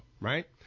Right